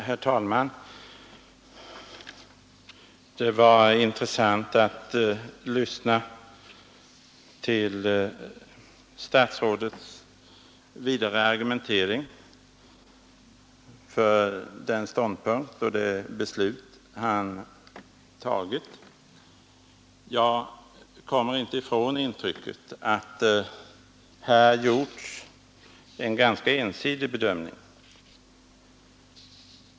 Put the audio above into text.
Herr talman! Det var intressant att lyssna till statsrådets vidare argumentering för den ståndpunkt han intagit. Jag kommer inte ifrån intrycket av en ganska ensidig bedömning.